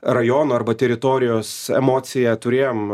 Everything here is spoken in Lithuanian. rajono arba teritorijos emociją turėjom